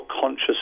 conscious